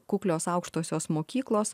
kuklios aukštosios mokyklos